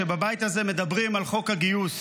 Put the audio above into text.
שבבית הזה מדברים בעיקר על חוק הגיוס